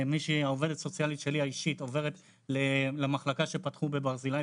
העובדת הסוציאלית שלי האישית עוברת למחלקה שפתחו בברזילאי